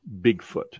Bigfoot